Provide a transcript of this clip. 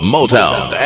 Motown